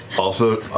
also,